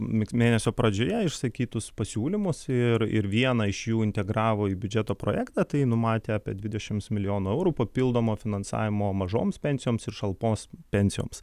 mėnesio pradžioje išsakytus pasiūlymus ir ir vieną iš jų integravo į biudžeto projektą tai numatė apie dvišešimt milijonų eurų papildomo finansavimo mažoms pensijoms ir šalpos pensijoms